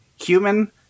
human